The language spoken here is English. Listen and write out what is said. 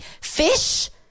fish